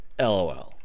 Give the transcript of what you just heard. lol